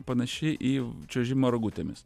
panaši į čiuožimą rogutėmis